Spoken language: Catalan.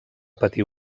patir